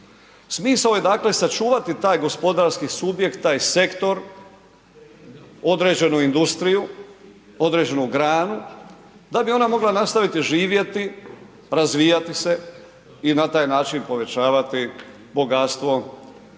Smisao je dakle sačuvati taj gospodarski subjekt, taj sektor, određenu industriju, određenu granu da bi ona mogla nastaviti živjeti, razvijati se i na taj način povećavati bogatstvo